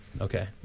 Okay